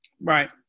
Right